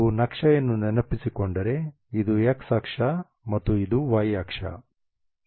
ನೀವು ನಕ್ಷೆಯನ್ನು ನೆನಪಿಸಿಕೊಂಡರೆ ಇದು x ಅಕ್ಷ ಮತ್ತು ಇದು y ಅಕ್ಷ